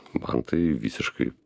man tai visiškai